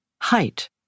Height